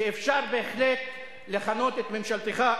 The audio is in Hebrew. שאפשר בהחלט לכנות את ממשלתך,